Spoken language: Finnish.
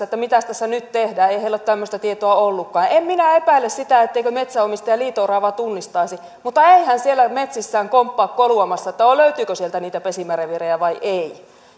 että mitäs tässä nyt tehdään ei heillä ole tämmöistä tietoa ollutkaan en en minä epäile sitä etteikö metsänomistaja liito oravaa tunnistaisi mutta ei hän siellä metsissään komppaa koluamassa että löytyykö sieltä niitä pesimäreviirejä vai ei